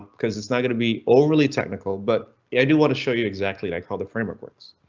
cause it's not going to be overly technical, but i do want to show you exactly like how the framework works.